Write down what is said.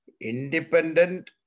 independent